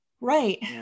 right